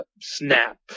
Snap